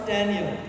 Daniel